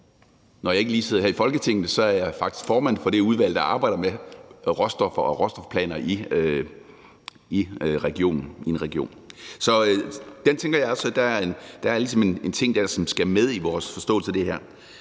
når jeg ikke lige sidder her i Folketinget, faktisk er formand for det udvalg, der arbejder med råstoffer og råstofplaner i en af regionerne. Så jeg tænker også, at der ligesom er en ting dér, som skal med i vores forståelse af det her.